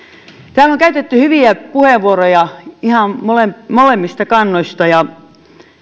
täällä on käytetty hyviä puheenvuoroja ihan molemmista molemmista kannoista ja